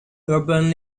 urban